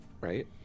Right